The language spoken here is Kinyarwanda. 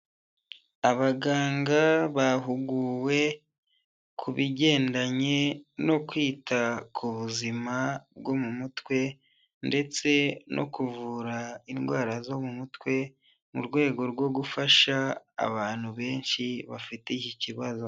Abaganga bahuguwe ku bigendanye no kwita ku buzima bwo mu mutwe, ndetse no kuvura indwara zo mu mutwe mu rwego rwo gufasha abantu benshi bafite iki kibazo.